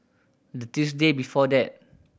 the Tuesday before that